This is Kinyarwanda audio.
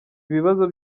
ibibazo